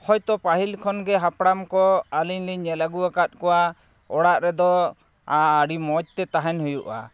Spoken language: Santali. ᱦᱳᱭᱛᱚ ᱯᱟᱹᱦᱤᱞ ᱠᱷᱚᱱ ᱜᱮ ᱦᱟᱯᱲᱟᱢ ᱠᱚ ᱟᱹᱞᱤᱧ ᱞᱤᱧ ᱧᱮᱞ ᱟᱹᱜᱩᱣᱟᱠᱟᱫ ᱠᱚᱣᱟ ᱚᱲᱟᱜ ᱨᱮᱫᱚ ᱟᱹᱰᱤ ᱢᱚᱡᱽ ᱛᱮ ᱛᱟᱦᱮᱱ ᱦᱩᱭᱩᱜᱼᱟ